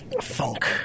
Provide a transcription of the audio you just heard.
Funk